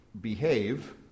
behave